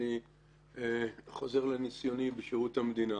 אני חוזר לניסיוני בשירות המדינה.